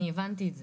אני הבנתי את זה.